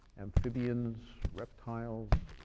amphibians, reptiles,